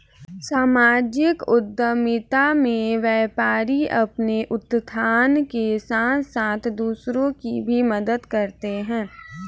सामाजिक उद्यमिता में व्यापारी अपने उत्थान के साथ साथ दूसरों की भी मदद करते हैं